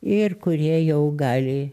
ir kurie jau gali